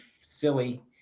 silly